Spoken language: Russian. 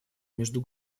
между